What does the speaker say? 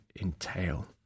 entail